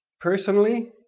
personally,